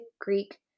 greek